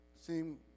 seem